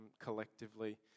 collectively